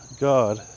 God